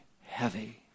heavy